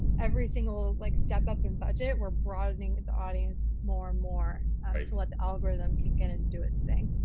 every single like step up in budget, we're broadening the audience more and more to let the algorithm kick in and do its thing.